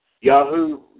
Yahoo